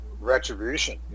retribution